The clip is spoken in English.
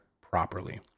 properly